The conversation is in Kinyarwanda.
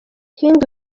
king